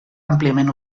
àmpliament